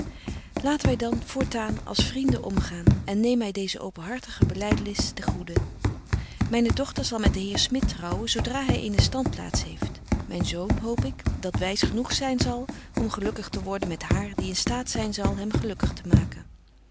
laten wy dan voortaan als vrienden omgaan en neem my deeze openhartige belydenis betje wolff en aagje deken historie van mejuffrouw sara burgerhart ten goeden myne dochter zal met den heer smit trouwen zo dra hy eene standplaats heeft myn zoon hoop ik dat wys genoeg zyn zal om gelukkig te worden met haar die in staat zyn zal hem gelukkig te maken